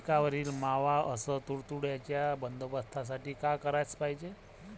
पिकावरील मावा अस तुडतुड्याइच्या बंदोबस्तासाठी का कराच पायजे?